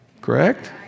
Correct